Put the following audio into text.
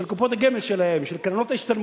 של קופות הגמל שלהם, של קרנות ההשתלמות,